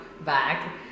back